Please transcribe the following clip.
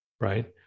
Right